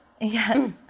Yes